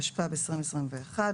התשפ"ב 2021,